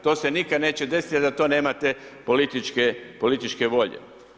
To se nikada neće desiti, jer za to nemate političke volje.